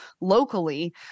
locally